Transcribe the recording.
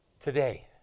today